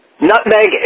nutmeg